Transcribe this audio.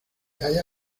halla